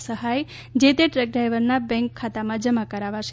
આ સહાય જે તે ટ્રક ડ્રાઈવરના બેંક ખાતામાં જમા કરવામાં આવશે